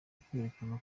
ukwerekana